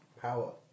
power